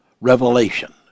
revelation